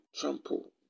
trample